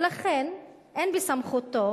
לכן אין בסמכותו,